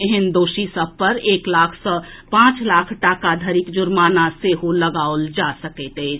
एहेन दोषी सभ पर एक लाख सॅ पांच लाख टाका धरिक जुर्माना सेहो लगाओल जा सकैत अछि